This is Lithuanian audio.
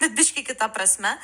bet biški kita prasme